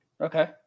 okay